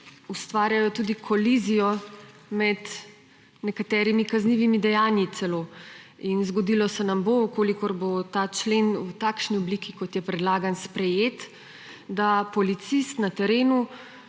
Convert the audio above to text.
ustvarjajo celo tudi kolizijo med nekaterimi kaznivimi dejanji. Zgodilo se nam bo, če bo ta člen v takšni obliki, kot je predlagan, sprejet, da policist na terenu